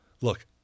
look